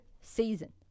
season